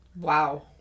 Wow